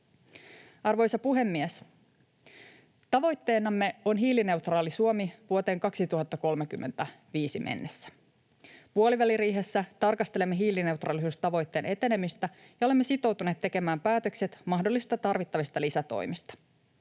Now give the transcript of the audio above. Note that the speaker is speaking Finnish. Arvoisa puhemies! Tavoitteenamme on hiilineutraali Suomi vuoteen 2035 mennessä. Puoliväliriihessä tarkastelemme hiilineutraalisuustavoitteen etenemistä ja olemme sitoutuneet tekemään päätökset mahdollisista tarvittavista lisätoimista.